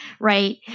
right